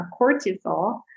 cortisol